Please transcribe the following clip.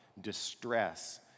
distress